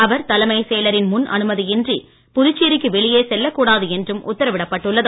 அவர் தலைமைச் செயலரின் முன் அனுமதி இன்றி புதுச்சேரிக்கு வெளியே செல்லக் கூடாது என்றும் உத்தாவிடப்பட்டுள்ளது